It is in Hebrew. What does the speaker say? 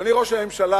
אדוני ראש הממשלה,